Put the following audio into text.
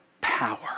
power